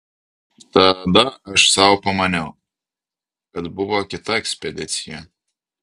tada aš sau pamaniau kad buvo kita ekspedicija